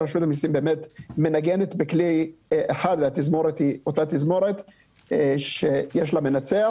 רשות המסים באמת מנגנת בכלי אחד והתזמורת היא אותה תזמורת שיש לה מנצח.